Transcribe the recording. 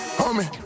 homie